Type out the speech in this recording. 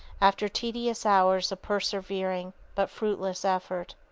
after tedious hours of persevering but fruitless effort.